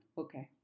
okay